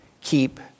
keep